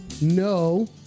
no